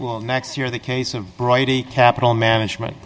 will next year the case of brighty capital management